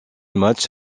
match